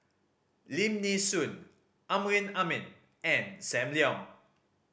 Lim Nee Soon Amrin Amin and Sam Leong